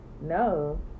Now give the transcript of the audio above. no